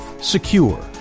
secure